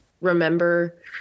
remember